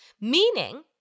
Meaning